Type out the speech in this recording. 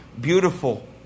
beautiful